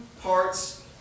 parts